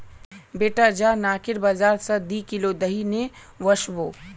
बेटा जा नाकेर बाजार स दी किलो दही ने वसबो